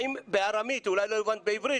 אולי לא הבנת בעברית,